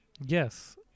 Yes